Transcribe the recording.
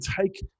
take